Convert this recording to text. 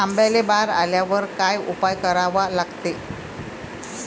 आंब्याले बार आल्यावर काय उपाव करा लागते?